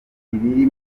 ibiri